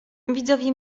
widzowie